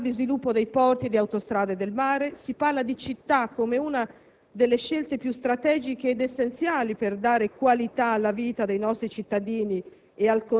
si parla di sviluppo dei porti e di autostrade del mare; si parla di città, come una delle scelte strategiche ed essenziali per dare qualità alla vita dei nostri cittadini